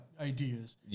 ideas